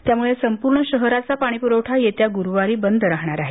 त्यामुळे संपूर्ण शहराचा पाणीपूरवठा येत्या गुरुवारी बंद राहणार आहे